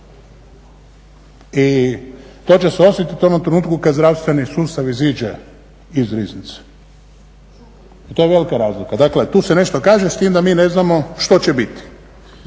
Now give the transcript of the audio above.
I to će se osjetit u onom trenutku kad zdravstveni sustav iziđe iz riznice. To je velika razlika. Dakle tu se nešto kaže, s tim da mi ne znamo što će biti.